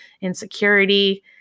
insecurity